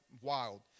wild